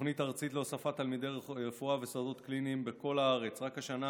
תוכנית ארצית להוספת תלמידי רפואה ושדות קליניים בכל הארץ: רק השנה